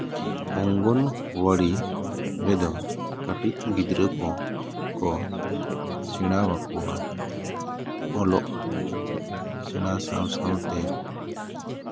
ᱚᱝᱜᱚᱱᱣᱟᱲᱤ ᱨᱮᱫᱚ ᱠᱟᱹᱴᱤᱡ ᱜᱤᱫᱽᱨᱟᱹ ᱠᱚᱠᱚ ᱥᱮᱬᱟ ᱟᱠᱚᱣᱟ ᱚᱞᱚᱜ ᱥᱮᱬᱟ ᱥᱟᱶ ᱥᱟᱶᱛᱮ